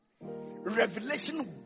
Revelation